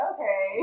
Okay